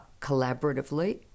collaboratively